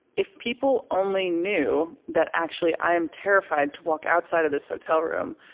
if people only knew that actually, i am terrified to walk outside of this hotel room.